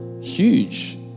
huge